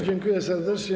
Dziękuję serdecznie.